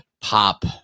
Pop